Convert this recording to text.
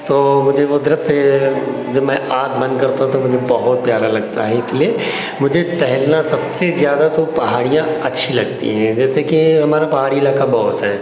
तो मुझे वो दृश्य जब मैं आँख बंद करता हूँ तो मुझे वो बहुत प्यारा लगता है इसलिए मुझे टहलना सबसे ज़्यादा तो पहाड़ियां अच्छी लगती हैं कि जैसे कि हमारा पहाड़ी इलाका बहुत है